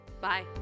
bye